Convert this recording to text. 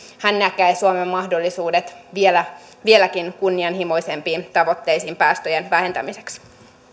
hän näkee suomen mahdollisuudet vieläkin kunnianhimoisempiin tavoitteisiin päästöjen vähentämiseksi